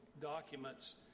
documents